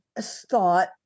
thought